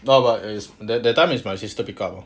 not but is that that time is my sister pick up lor